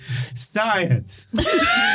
Science